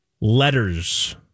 Letters